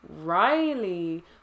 Riley